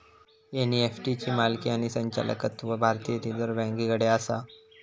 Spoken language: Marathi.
एन.ई.एफ.टी ची मालकी आणि संचालकत्व भारतीय रिझर्व बँकेकडे आसा